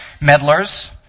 meddlers